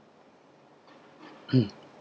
hmm